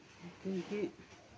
ꯑꯗꯒꯤ